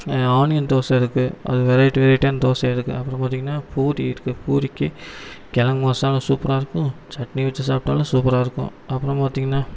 onion dosa இருக்கு அது variety வெரைட்டியான தோசை இருக்கு அப்புறம் பார்த்தீங்கன்னா பூரி இருக்கு பூரிக்கு கிழங்கு மசாலாவும் சூப்பராக இருக்கும் சட்னி வச்சு சாப்பிட்டாலும் சூப்பராக இருக்கும் அப்புறம் பார்த்தீங்கன்னா